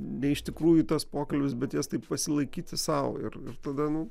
ne iš tikrųjų tas pokalbis bet jas taip pasilaikyti sau ir tada nu